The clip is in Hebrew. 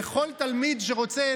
לכל תלמיד שרוצה,